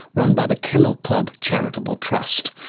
run by the kennel club charitable trust.